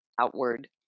outward